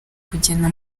kugena